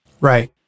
Right